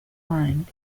mind